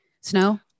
Snow